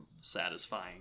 satisfying